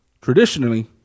Traditionally